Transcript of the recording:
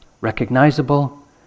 recognizable